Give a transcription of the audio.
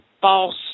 false